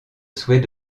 souhait